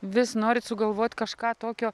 vis norit sugalvot kažką tokio